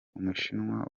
umushinwa